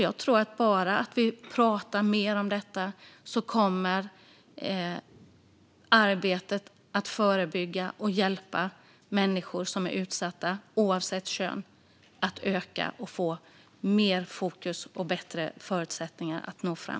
Bara att vi pratar mer om saken tror jag kommer att göra att arbetet med att förebygga detta och hjälpa människor som är utsatta - oavsett kön - ökar och får mer fokus, vilket skapar bättre förutsättningar att nå fram.